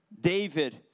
David